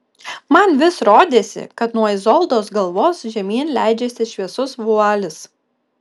man vis rodėsi kad nuo izoldos galvos žemyn leidžiasi šviesus vualis